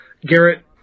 Garrett